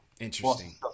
Interesting